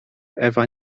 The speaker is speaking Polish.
ewa